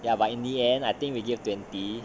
ya but in the end I think we give twenty